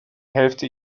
hälfte